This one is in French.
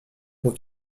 pour